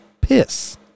piss